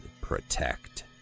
protect